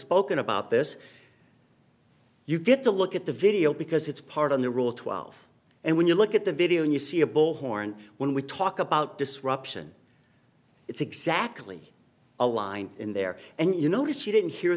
spoken about this you get to look at the video because it's part on the rule twelve and when you look at the video and you see a bullhorn when we talk about disruption it's exactly a line in there and you notice she didn't hear